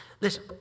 Listen